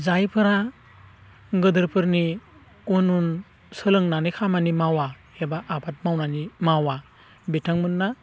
जायफोरा गोदोरफोरनि उन उन सोलोंनानै खामानि मावा एबा आबाद मावनानै मावा बिथांमोनना